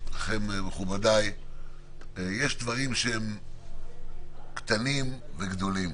יש דברים שהם קטנים אך גדולים.